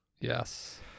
yes